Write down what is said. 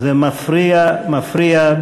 זה מפריע, מפריע.